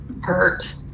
Hurt